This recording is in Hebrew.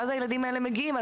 ואז הילדים האלה מגיעים,